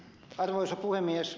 arvoisa puhemies